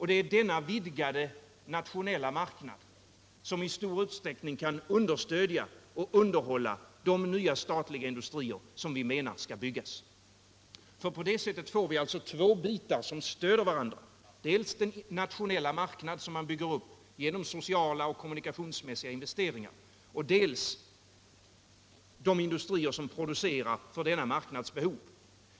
Det är denna vidgade nationella marknad som i stor utsträckning kan understödja och underhålla de nya statliga industrier som vi menar skall byggas. På det sättet får vi alltså två bitar som stöder varandra: dels den nationella marknad som man bygger upp genom sociala och kom munikationstekniska investeringar, dels de industrier som producerar för denna marknads behov.